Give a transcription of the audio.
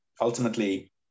Ultimately